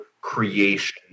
creation